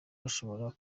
bashobora